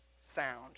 sound